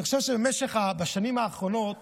אני חושב שבמשך השנים האחרונות